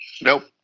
Nope